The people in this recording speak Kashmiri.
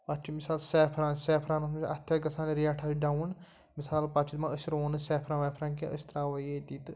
پَتہٕ چھِ مِثال سٮ۪فران سٮ۪فرانس منٛز چھِ اَتھ تہِ گژھان ریٹ حظ ڈاوُن مِثال پَتہٕ چھِ دَپان أسۍ رُوٗوَو نہٕ سٮ۪فران ویفران کینٛہہ أسۍ ترٛاوَو ییٚتی تہٕ